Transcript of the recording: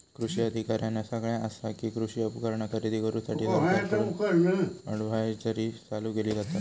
कृषी अधिकाऱ्यानं सगळ्यां आसा कि, कृषी उपकरणा खरेदी करूसाठी सरकारकडून अडव्हायजरी चालू केली जाता